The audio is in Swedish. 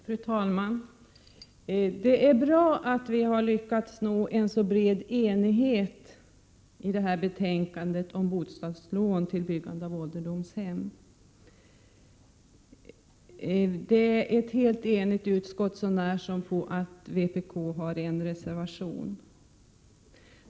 Fru talman! Det är bra att vi har lyckats nå en så bred enighet beträffande bostadslån för byggande av ålderdomshem. Vi har varit helt eniga i utskottet bortsett ifrån att Tore Claeson skrivit en reservation.